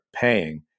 paying